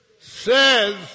says